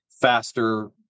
faster